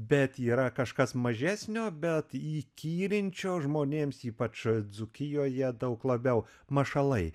bet yra kažkas mažesnio bet įkyrinčio žmonėms ypač dzūkijoje daug labiau mašalai